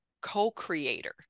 co-creator